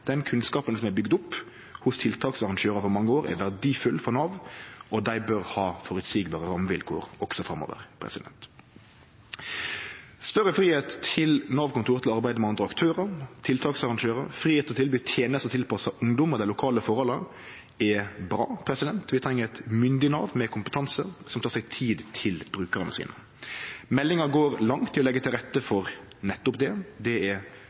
Den kunnskapen som er bygd opp hos tiltaksarrangørar over mange år, er verdifull for Nav, og dei bør ha føreseielege rammevilkår også framover. Større fridom for Nav-kontor til å arbeide med andre aktørar, tiltaksarrangørar, fridom til å tilby tenester tilpassa ungdom og dei lokale forholda – det er bra. Vi treng eit myndig Nav med kompetanse, som tek seg tid til brukarane sine. Meldinga går langt i å leggje til rette for nettopp det. Det er